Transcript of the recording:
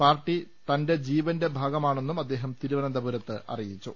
party തന്റെ ജീവന്റെ ഭാഗമാ ണെന്നും അദ്ദേഹം തിരുവനന്തപുരത്ത് അറിയിച്ചു